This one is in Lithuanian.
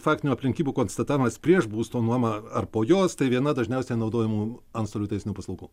faktinių aplinkybių konstatavimas prieš būsto nuomą ar po jos tai viena dažniausiai naudojamų antstolių teisinių paslaugų